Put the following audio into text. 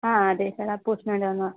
ആ അതെ സർ ആ പോസ്റ്റിനു വേണ്ടി വന്നതാണ്